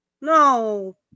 No